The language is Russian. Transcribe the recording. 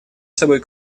собой